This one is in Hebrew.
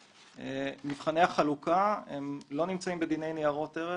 מבחני החלוקה לא נמצאים בדיני ניירות ערך,